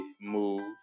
move